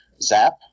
zap